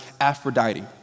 Aphrodite